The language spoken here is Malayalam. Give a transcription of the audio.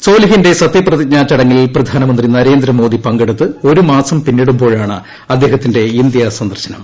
സോലിഹിന്റെ സത്യപ്രതിജ്ഞാ ചടങ്ങിൽ പ്രധാനമന്ത്രി നരേന്ദ്രമോദി പങ്കെടുത്ത് ഒരു മാസം പിന്നിടുമ്പോഴാണ് അദ്ദേഹത്തിന്റെ ഇന്ത്യാ സന്ദർശനം